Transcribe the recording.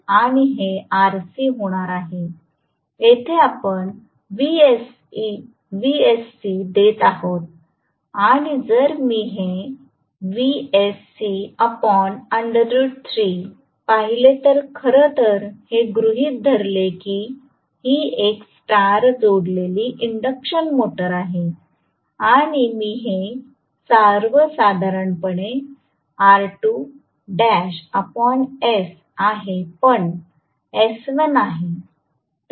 हे Xm आहे आणि हे Rc होणार आहे येथे आपण Vsc देत आहोतआणि जर मी हे पाहिले तर खरं तर हे गृहित धरले की ही एक स्टार जोडलेली इंडक्शन मोटर आहे आणि मी हे साधारणपणे R2ls आहे पण s 1 आहे